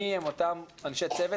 מי הם אותם אנשי צוות,